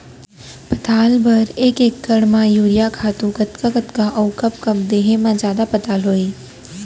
पताल बर एक एकड़ म यूरिया खातू कतका कतका अऊ कब कब देहे म जादा पताल होही?